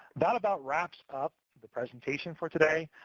that about wraps up the presentation for today.